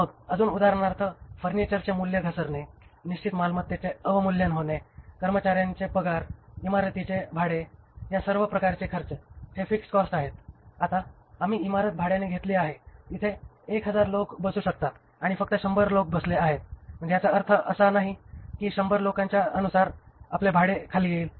मग अजून उदाहरणांमध्ये फर्निचरचे मूल्य घसरणे निश्चित मालमत्तेचे अवमूल्यन होणे कर्मचार्यांचे पगार इमारतीचे भाडे या सर्व प्रकारचे खर्चे हे फिक्स्ड कॉस्ट आहेत आता आम्ही इमारत भाड्याने घेतली आहे तिथे १००० लोक बसू शकतात आणि फक्त 100 बसले आहेत म्हणजे याचा अर्थ असा नाही की 100 लोकांच्या अनुसार आपले भाडे खाली येईल